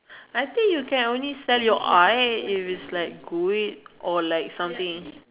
I think you can only sell your art a if it's like good it or like something